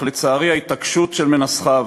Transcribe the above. אך לצערי ההתעקשות של מנסחיו,